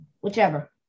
whichever